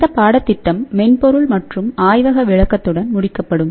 இந்த பாடத்திட்டம் மென்பொருள் மற்றும் ஆய்வக விளக்கத்துடன் முடிக்கப்படும்